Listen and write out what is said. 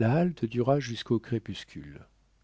la halte dura jusqu'au crépuscule